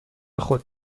خود